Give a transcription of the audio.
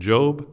Job